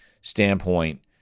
standpoint